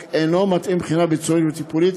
אינו מתאים מבחינה מקצועית וטיפולית,